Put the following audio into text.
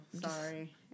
Sorry